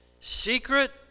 secret